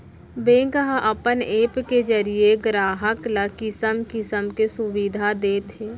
bank ह अपन app के जरिये गराहक ल किसम किसम के सुबिधा देत हे